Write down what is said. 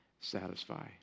satisfy